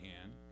hand